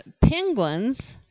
penguins